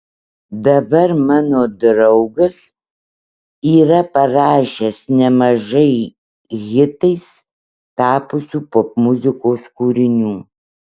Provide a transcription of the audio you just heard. dabar mano draugas yra parašęs nemažai hitais tapusių popmuzikos kūrinių